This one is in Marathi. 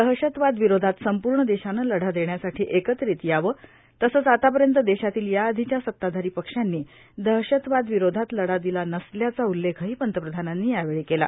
दहशतवाद विरोधात संपूर्ण देशानं लढा देण्यासाठी एकत्रित यावं तसंच आतापर्यंत देशातील या आधीच्या सत्ताधारी पक्षानी दहशतवादविरोधात लढा दिला नसल्याचा उल्लेखंही पंतप्रधानांनी यावेळी केला